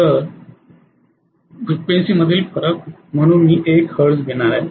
तर फ्रिक्वेन्सी मधील फरक म्हणून मी १ हर्ट्ज घेणार आहे